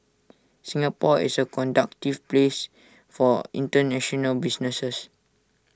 Singapore is A conductive place for International businesses